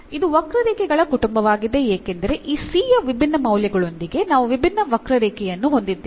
ಇದು ವಕ್ರರೇಖೆಗಳ ಕುಟುಂಬವಾಗಿದೆ ಏಕೆಂದರೆ ಈ c ಯ ವಿಭಿನ್ನ ಮೌಲ್ಯಗಳೊಂದಿಗೆ ನಾವು ವಿಭಿನ್ನ ವಕ್ರರೇಖೆಯನ್ನು ಹೊಂದಿದ್ದೇವೆ